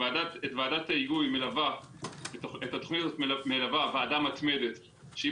את התוכנית הזאת מלווה ועדה מתמדת שהיא